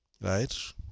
right